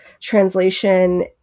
translation